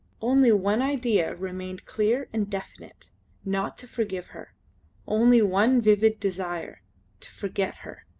only one idea remained clear and definite not to forgive her only one vivid desire to forget her.